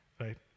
right